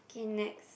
okay next